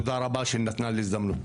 תודה רבה שניתנה לי הזדמנות.